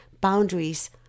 boundaries